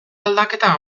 aldaketa